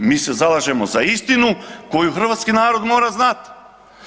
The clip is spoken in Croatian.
Mi se zalažemo za istinu koju hrvatski narod mora znati.